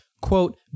Quote